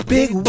Big